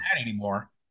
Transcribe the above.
anymore